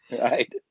Right